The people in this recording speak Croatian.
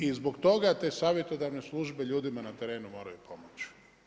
I zbog toga te savjetodavne službe ljudima na terenu moraju pomoći.